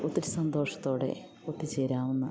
ഒത്തിരി സന്തോഷത്തോടെ ഒത്തുചേരാവുന്ന